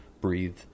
breathe